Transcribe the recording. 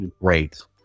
great